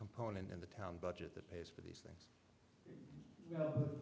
component in the town budget that pays for these things